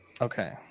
Okay